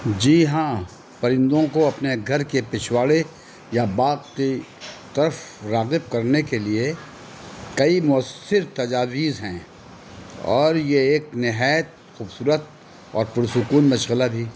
جی ہاں پرندوں کو اپنے گھر کے پچھواڑے یا باغ کی طرف راغب کرنے کے لیے کئی مؤثر تجاویز ہیں اور یہ ایک نہایت خوبصورت اور پرسکون مشغلہ بھی